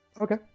Okay